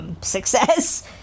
success